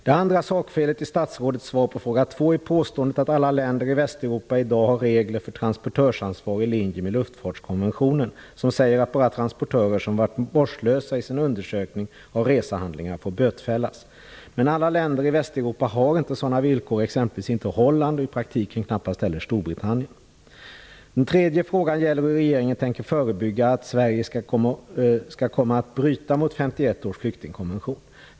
Det andra sakfelet i statsrådets svar på den andra frågan är påståendet att alla länder i Västeuropa i dag har regler för transportörsansvar i linje med luftfartskonventionen, som säger att bara transportörer som varit vårdslösa i sin undersökning av resehandlingar får bötfällas. Men alla länder i Västeuropa har inte sådana villkor, exempelvis inte Holland och i praktiken knappast heller Storbritannien. Den tredje frågan gällde hur regeringen tänker förebygga att Sverige skall komma att bryta mot 1951 års flyktingkonvention.